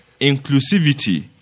inclusivity